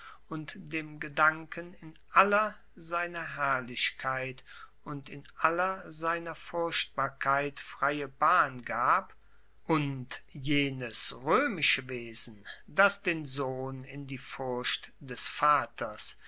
und dem gedanken in aller seiner herrlichkeit und in aller seiner furchtbarkeit freie bahn gab und jenes roemische wesen das den sohn in die furcht des vaters